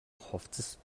хувцас